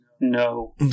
No